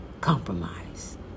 compromise